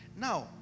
Now